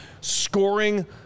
scoring